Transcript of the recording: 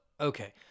Okay